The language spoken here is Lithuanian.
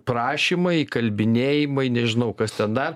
prašymai įkalbinėjimai nežinau kas ten dar